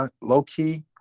low-key